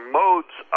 modes